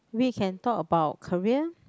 we can talk about career